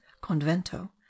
Convento